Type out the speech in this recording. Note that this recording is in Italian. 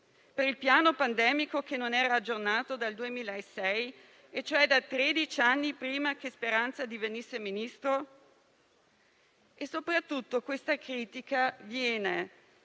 Per il piano pandemico che non era aggiornato dal 2006, e cioè da tredici anni prima che Speranza divenisse ministro. Soprattutto, questa critica viene